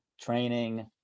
training